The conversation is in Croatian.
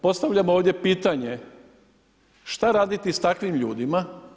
Postavljam ovdje pitanje: šta raditi s takvim ljudima?